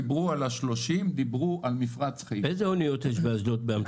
כשדיברו על 30 דיברו על מפרץ חיפה --- איזה אוניות יש באשדוד בהמתנה?